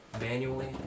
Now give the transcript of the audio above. manually